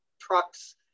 trucks